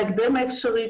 בהקדם האפשרי,